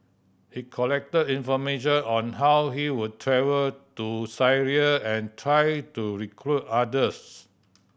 he collected information on how he would travel to Syria and tried to recruit others